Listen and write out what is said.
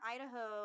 Idaho